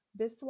Biswas